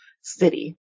city